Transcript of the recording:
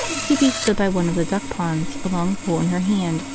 phoebe stood by one of the duck-ponds, a long pole in her hand,